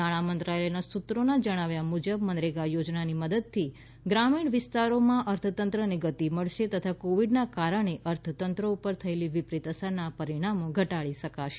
નાણાં મંત્રાલયના સૂત્રોના જણાવ્યા મુજબ મનરેગા યોજનાની મદદથી ગ્રામીણ વિસ્તારોમાં અર્થતંત્રને ગતિ મળશે તથા કોવીડના કારણે અર્થતંત્ર ઉપર થયેલી વિપરીત અસરના પરિણામો ઘટાડી શકાશે